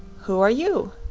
who are you?